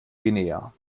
guinea